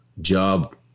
job